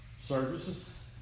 services